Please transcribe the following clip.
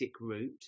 route